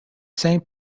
same